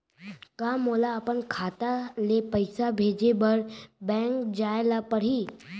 का मोला अपन खाता ले पइसा भेजे बर बैंक जाय ल परही?